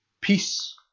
peace